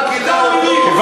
גם גילה אותו,